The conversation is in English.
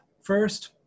first